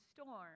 storm